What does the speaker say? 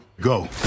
Go